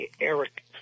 Eric